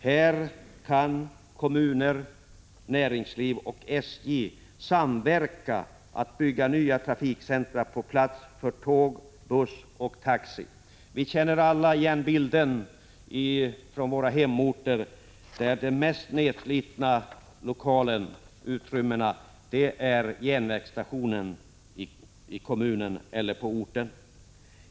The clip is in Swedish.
Här kan kommuner, näringsliv och SJ samverka i uppbyggnaden av nya trafikcentra med plats för tåg, buss och taxi — vi känner alla igen bilden från våra hemorter av järnvägsstationen som den mest nedslitna lokalen.